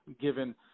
given